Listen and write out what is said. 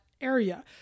area